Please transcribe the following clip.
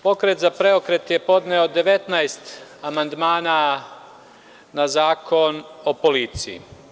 Pokret za preokret“ je podneo 19 amandmana na Zakon o policiji.